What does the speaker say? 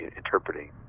interpreting